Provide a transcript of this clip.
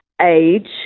age